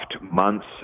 months